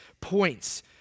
points